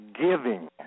giving